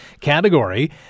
category